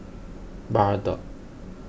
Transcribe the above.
Bardot